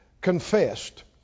confessed